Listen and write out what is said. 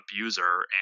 abuser